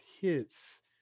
hits